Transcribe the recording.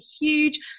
huge